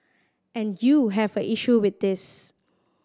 and you have an issue with this